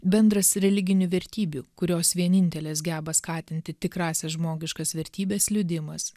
bendras religinių vertybių kurios vienintelės geba skatinti tikrąsias žmogiškas vertybes liudijimas